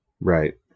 Right